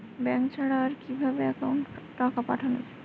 Bank ছাড়া আর কিভাবে একাউন্টে টাকা পাঠানো য়ায়?